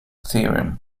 theorem